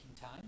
time